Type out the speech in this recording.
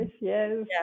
yes